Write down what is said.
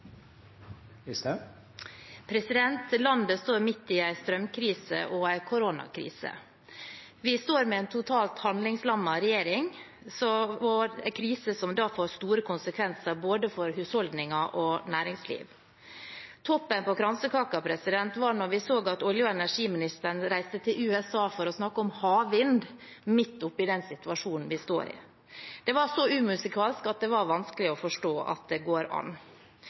Landet står midt i en strømkrise og en koronakrise. Vi står med en totalt handlingslammet regjering – i en krise som får store konsekvenser for både husholdninger og næringsliv. Toppen på kransekaka var da vi så at olje- og energiministeren reiste til USA for å snakke om havvind midt oppe i den situasjonen vi står i. Det var så umusikalsk at det var vanskelig å forstå at det går an.